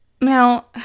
Now